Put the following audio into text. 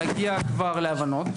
להגיע להבנות,